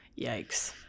Yikes